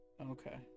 Okay